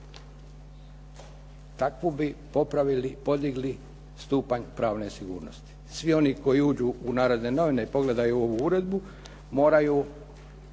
Takvu bi popravili, podigli stupanj pravne sigurnosti. Svi oni koji uđu u Narodne novine i pogledaju ovu uredbu moraju